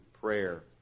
prayer